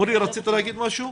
אורי, רצית להגיד משהו?